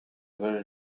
very